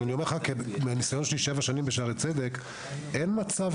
אבל מניסיוני שבע שנים ב"שערי צדק" אין תמיד מצב